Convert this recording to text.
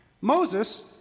Moses